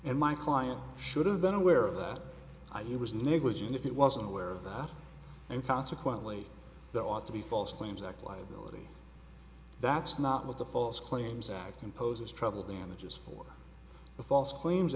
and my client should have been aware of that i he was negligent if it wasn't aware of that and consequently that ought to be false claims act liability that's not what the false claims act imposes treble damages for the false claims